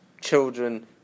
children